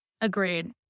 Agreed